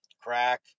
crack